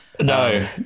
No